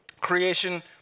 creation